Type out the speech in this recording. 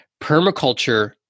Permaculture